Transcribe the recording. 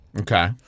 Okay